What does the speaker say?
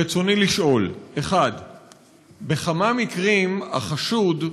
רצוני לשאול: 1. בכמה מקרים החשוד,